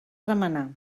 remenar